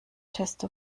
testo